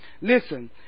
Listen